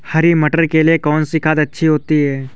हरी मटर के लिए कौन सी खाद अच्छी होती है?